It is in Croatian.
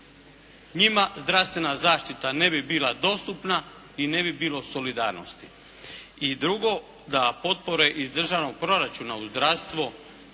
Njima zdravstvena zaštita ne bi bila dostupna i ne bi bilo solidarnosti. I drugo, da potpore iz Državnog proračuna u zdravstvo